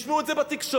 השמיעו את זה בתקשורת,